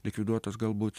likviduotos galbūt